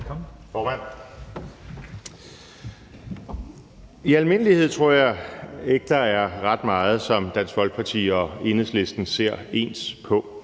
I almindelighed tror jeg ikke, der er ret meget, som Dansk Folkeparti og Enhedslisten ser ens på.